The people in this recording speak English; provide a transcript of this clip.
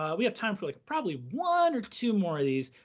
we have time for like probably one or two more of these.